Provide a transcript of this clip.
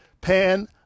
pan